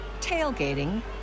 tailgating